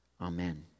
Amen